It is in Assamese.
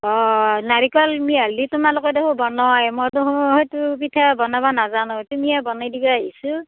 অ নাৰিকল মিহলি তোমালোকে দেখোন বনোৱাই মই দেখোন সেইটো পিঠা বনাব নাজানো তুমিয়ে বনাই দিবাহিচোন